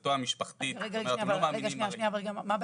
לקבוצתו המשפחתית --- אבל מה הבעיה?